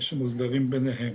שמוסדרים ביניהם.